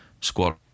squad